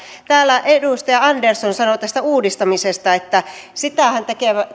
täällä edustaja andersson sanoi tästä uudistamisesta että sitähän